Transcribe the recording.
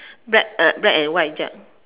black uh black and white jug